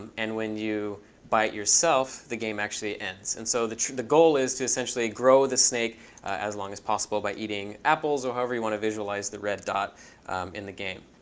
and when you bite yourself, the game actually ends. and so the the goal is to essentially grow the snake as long as possible by eating apples or however you want to visualize the red dot in the game.